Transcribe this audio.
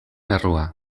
errua